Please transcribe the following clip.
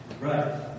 Right